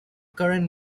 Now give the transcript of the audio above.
current